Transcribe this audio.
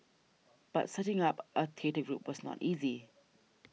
but setting up a theatre group was not easy